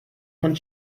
von